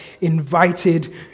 invited